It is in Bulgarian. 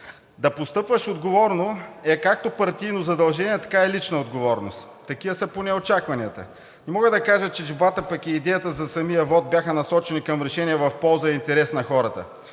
Да постъпваш отговорно е както партийно задължение, така и лична отговорност. Такива са поне очакванията. Мога да кажа, че дебатът, пък и идеята за самия вот бяха насочени към решение и в полза и интерес на хората.